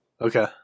Okay